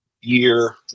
year